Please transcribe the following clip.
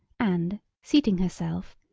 and, seating herself,